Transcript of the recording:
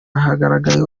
hagaragaye